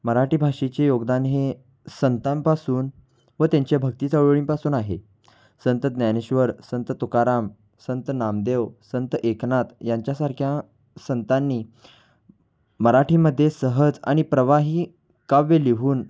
मराठी भाषेचे योगदान हे संतांपासून व त्यांच्या भक्तीचळवळींपासून आहे संत ज्ञानेश्वर संत तुकाराम संत नामदेव संत एकनाथ यांच्यासारख्या संतांनी मराठीमध्ये सहज आणि प्रवाही काव्य लिहून